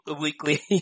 Weekly